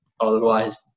Otherwise